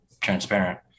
transparent